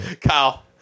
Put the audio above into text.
Kyle